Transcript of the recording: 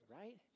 right